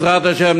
בעזרת השם,